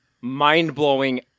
mind-blowing